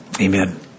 Amen